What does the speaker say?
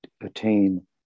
attain